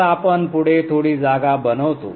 तर आपण पुढे थोडी जागा बनवतो